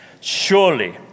Surely